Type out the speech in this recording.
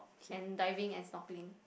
and diving and snorkeling